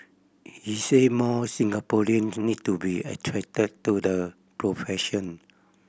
he said more Singaporeans need to be attracted to the profession